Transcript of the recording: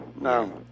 No